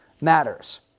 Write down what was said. matters